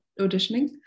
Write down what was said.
auditioning